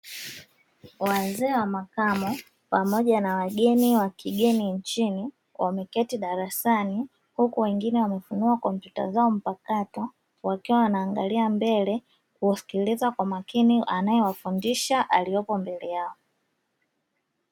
Wazee wa makamo pamoja na wageni wa kigeni nchini wameketi darasani, huku wengine wamefungua kompyuta zao mpakato wakiwa wanaangalia mbele kuwasikiliza kwa makini anayewafundisha aliyepo mbele yao.